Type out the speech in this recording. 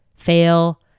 fail